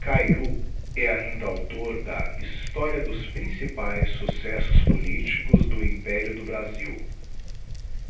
cayrú é ainda auctor da historia dos principaes successos politicos do império do brasil